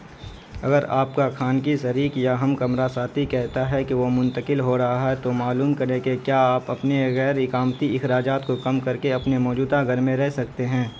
اگر آپ کا خانگی شریک یا ہم کمرہ ساتھی کہتا ہے کہ وہ منتقل ہو رہا ہے تو معلوم کریں کہ کیا آپ اپنے غیر اقامتی اخراجات کو کم کر کے اپنے موجودہ گھر میں رہ سکتے ہیں